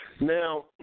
Now